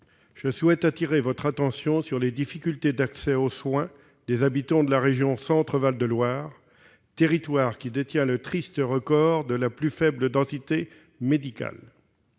le secrétaire d'État, sur les difficultés d'accès au soin des habitants de la région Centre-Val de Loire, territoire qui détient le triste record de la plus faible densité médicale.